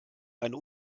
eine